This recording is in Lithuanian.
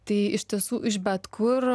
tai iš tiesų iš bet kur